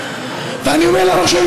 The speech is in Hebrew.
היושב-ראש,